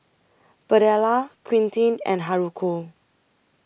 Birdella Quentin and Haruko